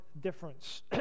difference